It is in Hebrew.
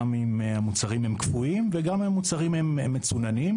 גם אם המוצרים הם קפואים וגם אם המוצרים הם מצוננים,